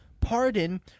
pardon